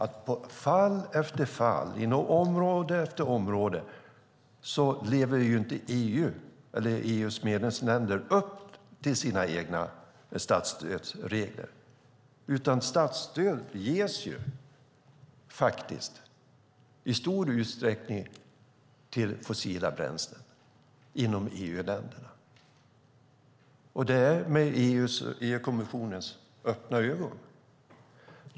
I fall efter fall, inom område efter område, lever inte EU:s medlemsländer upp till sina egna statsstödsregler. Statsstöd ges faktiskt i stor utsträckning till fossila bränslen i EU-länderna, och det sker med EU-kommissionen goda minne.